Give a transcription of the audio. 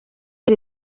iri